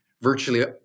virtually